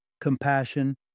compassion